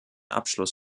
abschluss